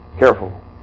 careful